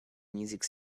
music